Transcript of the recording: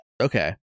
Okay